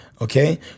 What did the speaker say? okay